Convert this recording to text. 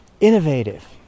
innovative